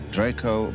Draco